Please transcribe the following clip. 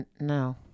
No